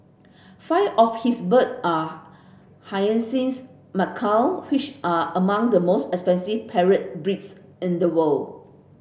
five of his bird are hyacinth macaw which are among the most expensive parrot breeds in the world